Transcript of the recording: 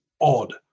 odd